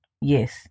Yes